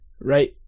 Right